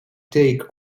take